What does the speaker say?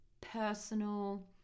personal